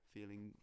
Feeling